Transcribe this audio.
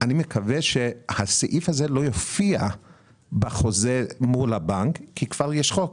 אני מקווה שהסעיף הזה לא יופיע בחוזה מול הבנק כי כבר יש חוק.